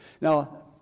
Now